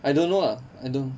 I don't know lah I don't